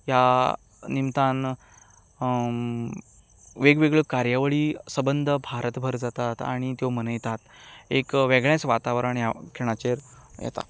ह्या निमतान वेगवेगळ्यो कार्यावळी सबंद भारतभर जातात आनी त्यो मनयतात एक वेगळेंच वातावरण ह्या खिणाचेर येता